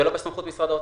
זה לא בסמכות משרד האוצר.